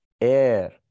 air